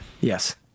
yes